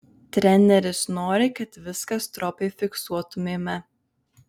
treneris nori kad viską stropiai fiksuotumėme